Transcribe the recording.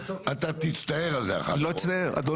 אתה תצטער על זה אחר כך.